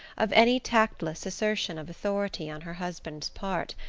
of any tactless assertion of authority on her husband's part,